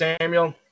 Samuel